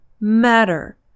matter